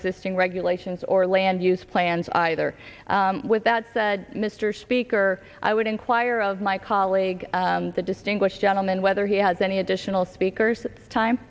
existing regulations or land use plans either with that said mr speaker i would inquire of my colleague the distinguished gentleman whether he has any additional speakers time